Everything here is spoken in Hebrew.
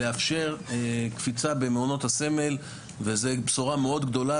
לאפשר קפיצה במעונות הסמל וזה בשורה מאוד גדולה